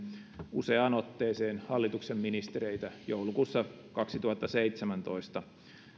useaan otteeseen hallituksen ministereitä joulukuussa kaksituhattaseitsemäntoista